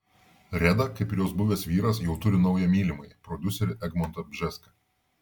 reda kaip ir jos buvęs vyras jau turi naują mylimąjį prodiuserį egmontą bžeską